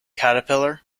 caterpillar